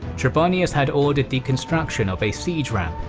trebonius had ordered the construction of a siege ramp,